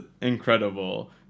incredible